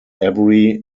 every